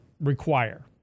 require